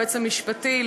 היועץ המשפטי,